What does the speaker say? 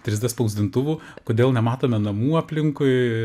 trys d spausdintuvų kodėl nematome namų aplinkui